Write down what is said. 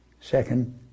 second